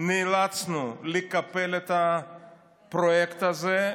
נאלצנו לקפל את הפרויקט הזה,